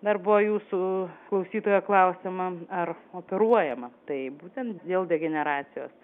dar buvo jūsų klausytojo klausimą ar operuojama tai būtent dėl degeneracijos